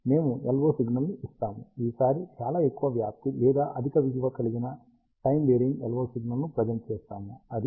మేము LO signal ని ఇస్తాము ఈసారి చాలా ఎక్కువ వ్యాప్తి లేదా అధిక విలువ కలిగిన టైమ్ వేరియింగ్ LO సిగ్నల్ను ప్రెజెంట్ చేస్తాము అది